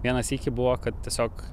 vieną sykį buvo kad tiesiog